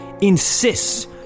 insists